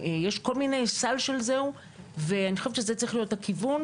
אני חושבת שזה צריך להיות הכיוון,